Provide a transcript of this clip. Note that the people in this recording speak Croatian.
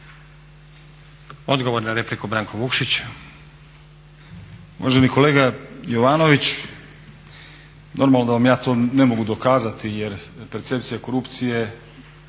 Vukšić. **Vukšić, Branko (Nezavisni)** Uvaženi kolega Jovanović, normalno da vam ja to ne mogu dokazati jer percepcija korupcije